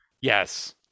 Yes